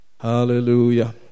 Hallelujah